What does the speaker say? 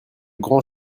grands